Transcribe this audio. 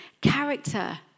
Character